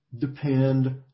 depend